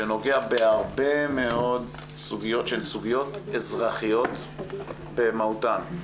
שנוגע בהרבה מאוד סוגיות שהן סוגיות אזרחיות במהותן,